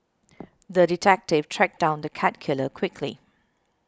the detective tracked down the cat killer quickly